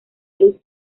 luz